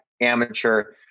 amateur